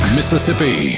Mississippi